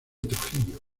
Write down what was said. trujillo